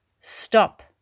Stop